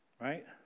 right